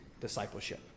discipleship